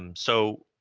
um so,